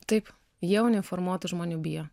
taip jie uniformuotų žmonių bijo